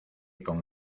con